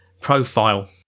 profile